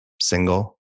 single